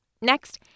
Next